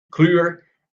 clear